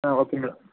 okay madam